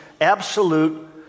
absolute